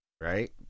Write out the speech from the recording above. Right